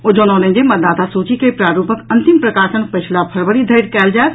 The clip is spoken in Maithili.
ओ जनौलनि जे मतदाता सूची के प्रारूपक अंतिम प्रकाशन पछिल फरवरी धरि कयल जायत